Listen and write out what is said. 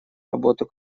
работы